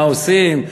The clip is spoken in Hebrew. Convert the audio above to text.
מה עושים?